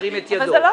ירים את ידו.